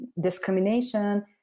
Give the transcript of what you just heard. discrimination